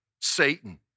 Satan